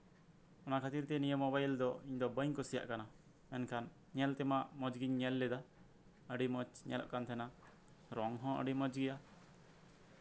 ᱚᱱᱟ ᱠᱷᱟᱹᱛᱤᱨ ᱛᱮ ᱱᱤᱭᱟᱹ ᱢᱳᱵᱟᱭᱤᱞ ᱫᱚ ᱤᱧ ᱫᱚ ᱵᱟᱹᱧ ᱠᱩᱥᱤᱭᱟᱜ ᱠᱟᱱᱟ ᱮᱱᱠᱷᱟᱱ ᱧᱮᱞ ᱛᱮᱢᱟ ᱢᱚᱸᱡ ᱜᱤᱧ ᱧᱮᱞ ᱞᱮᱫᱟ ᱟᱹᱰᱤ ᱢᱚᱸᱡ ᱧᱮᱞᱚᱜ ᱠᱟᱱ ᱛᱟᱦᱮᱸᱱᱟ ᱨᱚᱝ ᱦᱚᱸ ᱟᱹᱰᱤ ᱢᱚᱸᱡ ᱜᱮᱭᱟ